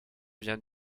vient